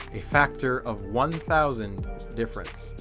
a factor of one thousand difference.